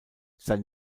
sein